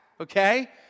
okay